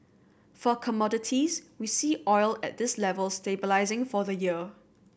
for commodities we see oil at this level stabilising for the year